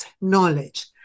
knowledge